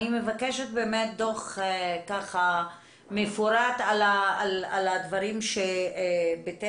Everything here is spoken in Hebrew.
אני מבקשת לשלוח אלינו דוח מפורט על הדברים שביטאת,